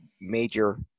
major